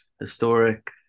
historic